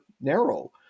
narrow